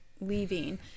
leaving